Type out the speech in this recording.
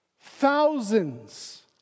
Thousands